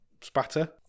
spatter